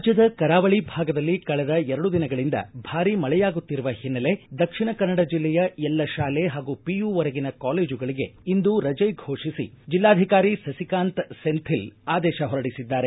ರಾಜ್ಯದ ಕರಾವಳಿ ಭಾಗದಲ್ಲಿ ಕಳೆದ ಎರಡು ದಿನಗಳಿಂದ ಭಾರೀ ಮಳೆಯಾಗುತ್ತಿರುವ ಹಿನ್ನೆಲೆ ದಕ್ಷಿಣ ಕನ್ನಡ ಜಿಲ್ಲೆಯ ಎಲ್ಲ ಶಾಲೆ ಹಾಗೂ ಪಿಯು ವರೆಗಿನ ಕಾಲೇಜುಗಳಿಗೆ ಇಂದು ರಜೆ ಫೋಷಿಸಿ ಜಿಲ್ಲಾಧಿಕಾರಿ ಸಸಿಕಾಂತ್ ಸೆಂಥಿಲ್ ಆದೇಶ ಹೊರಡಿಸಿದ್ದಾರೆ